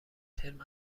ترم